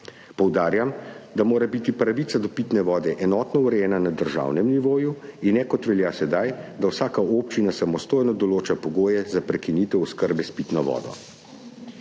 Poudarjam, da mora biti pravica do pitne vode enotno urejena na državnem nivoju in ne, kot velja sedaj, da vsaka občina samostojno določa pogoje za prekinitev oskrbe s pitno vodo.